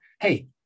hey